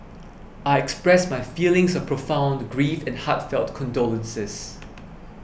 I express my feelings of profound grief and heartfelt condolences